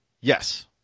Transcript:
Yes